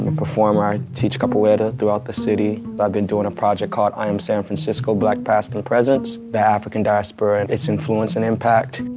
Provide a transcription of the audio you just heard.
and performer. i teach capoeira throughout the city. i've been doing a project called i am san francisco, black pasts and presents, the african diaspora and its influence and impact.